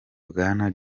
bwana